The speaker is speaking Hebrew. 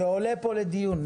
שעולה פה לדיון,